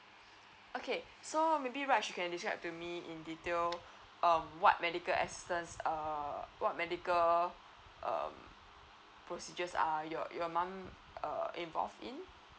okay so maybe raj you can describe to me in detail um what medical assistance err what medical um procedures are your your mum err involved in